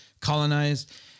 colonized